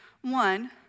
One